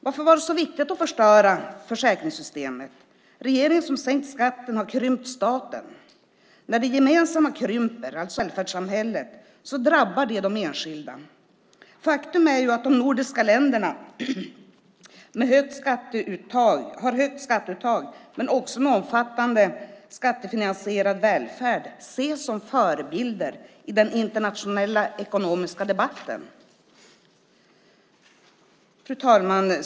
Varför var det så viktigt att förstöra försäkringssystemet? Regeringen, som har sänkt skatten, har krympt staten. När det gemensamma, alltså välfärdssamhället krymper, drabbar det de enskilda. Faktum är att de nordiska länderna, med högt skatteuttag men också en hög skattefinansierad välfärd, ses som förebilder i den internationella ekonomiska debatten. Fru talman!